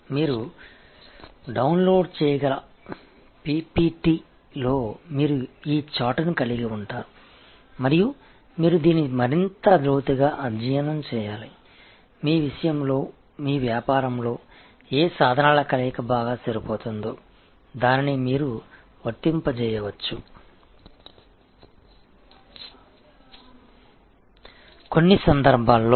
எனவே உங்கள் க்வாலிடி இறக்கம் செய்யக்கூடிய PPT யில் இந்த விளக்கப்படம் இருக்கும் மேலும் இதை நீங்கள் இன்னும் ஆழமாகப் படித்து உங்கள் விஷயத்தில் உங்கள் வணிகத்தில் எந்தக் கருவிகளின் கலவை மிகவும் பொருத்தமாக இருக்கும் அவற்றைப் பயன்படுத்தலாம்